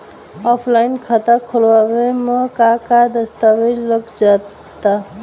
Offline खाता खुलावे म का का दस्तावेज लगा ता?